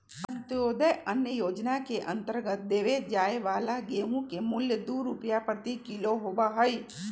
अंत्योदय अन्न योजना के अंतर्गत देवल जाये वाला गेहूं के मूल्य दु रुपीया प्रति किलो होबा हई